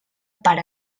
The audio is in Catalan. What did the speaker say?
per